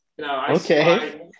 Okay